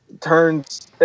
turns